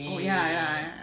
oh ya ya ya ya